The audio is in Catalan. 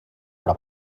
però